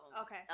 Okay